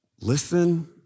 Listen